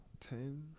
Ten